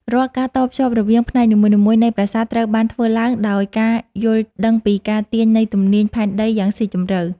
រាល់ការតភ្ជាប់រវាងផ្នែកនីមួយៗនៃប្រាសាទត្រូវបានធ្វើឡើងដោយការយល់ដឹងពីការទាញនៃទំនាញផែនដីយ៉ាងស៊ីជម្រៅ។